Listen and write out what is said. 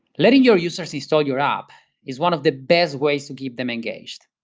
letting your users install your app is one of the best ways to keep them engaged.